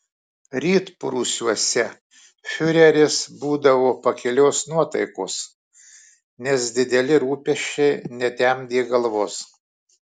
rytprūsiuose fiureris būdavo pakilios nuotaikos nes dideli rūpesčiai netemdė galvos